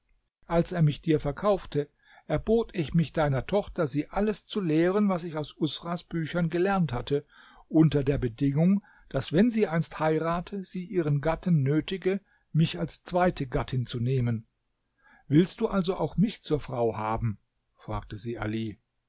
als er mich dir verkaufte erbot ich mich deiner tochter sie alles zu lehren was ich aus usras büchern gelernt hatte unter der bedingung daß wenn sie einst heirate sie ihren gatten nötige mich als zweite gattin zu nehmen willst du also auch mich zur frau haben fragte sie ali